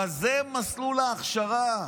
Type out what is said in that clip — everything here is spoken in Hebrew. אבל זה מסלול ההכשרה.